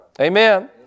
Amen